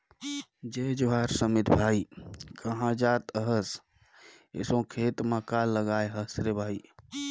जय जोहार समीत भाई, काँहा जात अहस एसो खेत म काय लगाय हस रे भई?